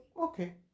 okay